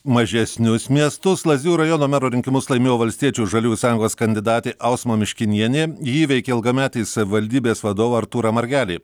mažesnius miestus lazdijų rajono mero rinkimus laimėjo valstiečių ir žaliųjų sąjungos kandidatė ausma miškinienė ji įveikė ilgametį savivaldybės vadovą artūrą margelį